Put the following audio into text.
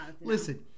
Listen